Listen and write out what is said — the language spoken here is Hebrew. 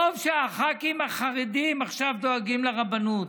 טוב שהח"כים החרדים עכשיו דואגים לרבנות,